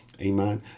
Amen